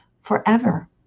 forever